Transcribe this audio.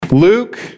Luke